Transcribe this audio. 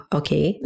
okay